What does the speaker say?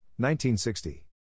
1960